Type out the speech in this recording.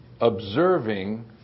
observing